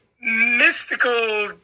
mystical